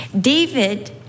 David